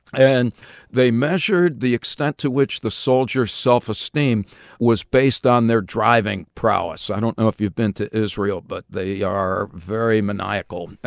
and they measured the extent to which the soldier's self-esteem was based on their driving prowess. i don't know if you've been to israel, but they are very maniacal.